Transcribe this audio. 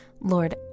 Lord